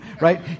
right